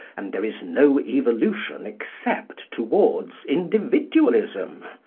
and there is no evolution except towards individualism.